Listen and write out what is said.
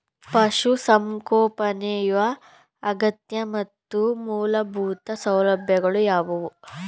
ಪಶುಸಂಗೋಪನೆಯ ಅಗತ್ಯ ಮತ್ತು ಮೂಲಭೂತ ಸೌಲಭ್ಯಗಳು ಯಾವುವು?